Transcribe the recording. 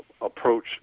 approach